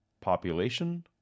Population